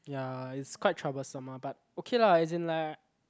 ya it's quite troublesome uh but okay lah as in like